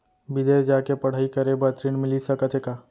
बिदेस जाके पढ़ई करे बर ऋण मिलिस सकत हे का?